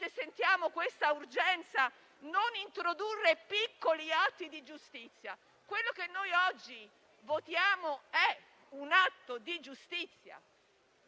sentiamo questa urgenza, non introdurre piccoli atti di giustizia? Quello che oggi votiamo è un atto di giustizia.